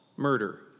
Murder